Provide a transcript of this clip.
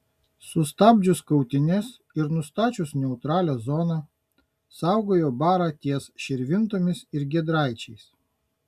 sustabdžius kautynes ir nustačius neutralią zoną saugojo barą ties širvintomis ir giedraičiais